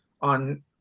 on